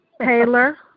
Taylor